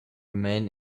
man